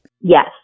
Yes